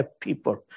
people